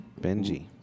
Benji